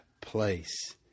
place